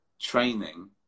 training